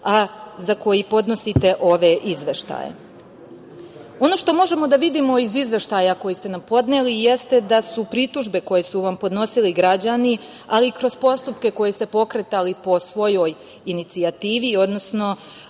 a za koji podnosite ove izveštaje. Ono što možemo da vidimo iz izveštaja koji ste nam podneli, jeste da su pritužbe koje su vam podnosili građani, ali i kroz postupke koje ste pokretali po svojoj inicijativi, odnosno